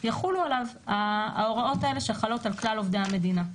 יחולו עליו ההוראות האלה שחלות על כלל עובדי המדינה,